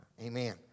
amen